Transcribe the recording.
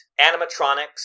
animatronics